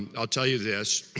and i'll tell you this